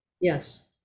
Yes